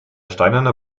steinerne